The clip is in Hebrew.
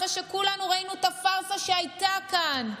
אחרי שכולנו ראינו את הפארסה שהייתה כאן.